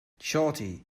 shawty